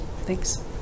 Thanks